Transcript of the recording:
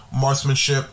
marksmanship